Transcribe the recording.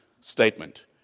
statement